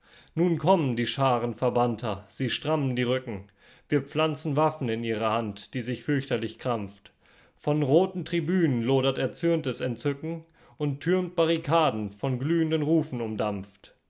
nun kommen die scharen verbannter sie strammen die rücken wir pflanzen waffen in ihre hand die sich fürchterlich krampft von roten tribünen lodert erzürntes entzücken und türmt barrikaden von glühenden rufen umdampft